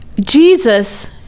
Jesus